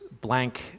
blank